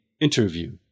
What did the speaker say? interview